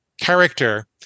Character